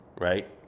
right